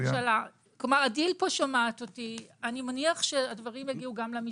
הדיל שומעת אותי, ואני מניח שהדברים יגיעו למשנות,